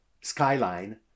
skyline